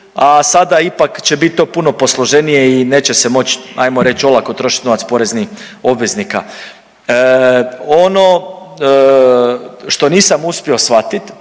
a sada ipak će to biti puno posloženije i neće se moći ajmo reći olako trošiti novac poreznih obveznika. Ono što nisam uspio shvatiti